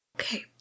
Okay